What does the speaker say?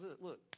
look